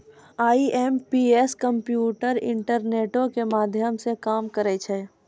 IMPS कम्प्यूटरो, इंटरनेटो के माध्यमो से काम करै छै